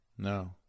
No